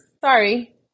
sorry